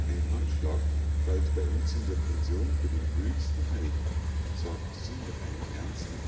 ein handschlag galt bei uns in der pension für den höchsten eid sagte sie mit einem ernsten